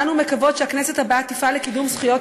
ואנו מקוות שהכנסת הבאה תפעל לקידום זכויות